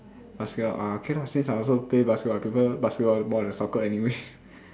basketball uh okay lah since I also play basketball I prefer basketball more than soccer anyways